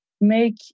make